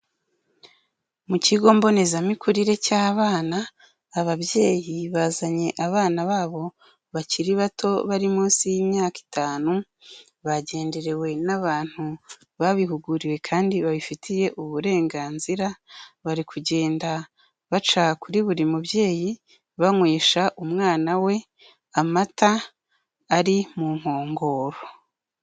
Mu kigo mbonezamikurire cy'abana, ababyeyi bazanye abana babo bakiri bato bari munsi y'imyaka itanu, bagenderewe n'abantu babihuguriwe kandi babifitiye uburenganzira, bari kugenda baca kuri buri mubyeyi banywesha umwana we amata ari mu nkongoro.